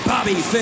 Bobby